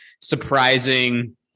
surprising